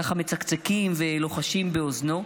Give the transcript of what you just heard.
ככה מצקצקים ולוחשים באוזנו?